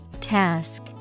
Task